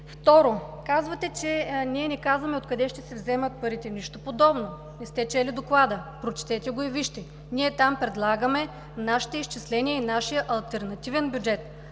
Второ, казвате, че ние не казваме откъде ще се вземат парите. Нищо подобно, не сте чели Доклада. Прочетете го и вижте! Там предлагаме нашите изчисления и нашия алтернативен бюджет.